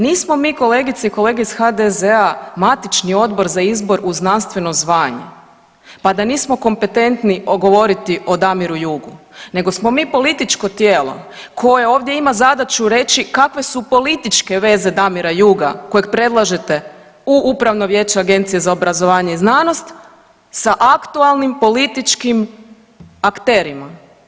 Nismo mi kolegice i kolege iz HDZ-a matični odbor za izbor u znanstveno zvanje pa da nismo kompetentni govoriti o Damiru Jugu, nego smo mi političko tijelo koje ovdje ima zadaću reći kakve su političke veze Damira Juga kojeg predlažete u Upravno vijeće Agencije za obrazovanje i znanost sa aktualnim političkim akterima.